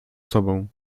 sobą